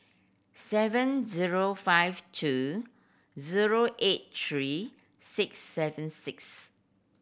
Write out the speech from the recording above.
seven zero five two zero eight three six seven six